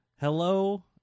Hello